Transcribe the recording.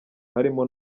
harimo